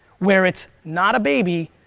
where it's not a baby,